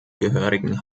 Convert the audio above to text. gehörigen